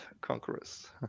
Conquerors